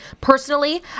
Personally